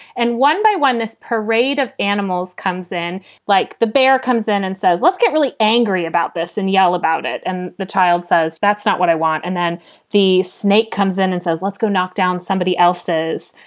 and one by one, this parade of animals comes in like the bear comes in and says, let's get really angry about this and yell about it and the child says, that's not what i want. and then the snake comes in and says, let's go knock down somebody else's.